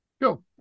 Go